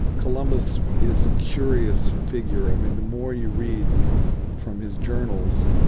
columbus is a curious figure. i mean, the more you read from his journals,